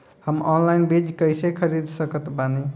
हम ऑनलाइन बीज कइसे खरीद सकत बानी?